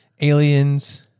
Aliens